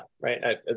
right